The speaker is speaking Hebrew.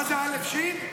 מה זה, א"ש?